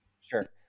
Sure